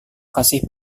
kasih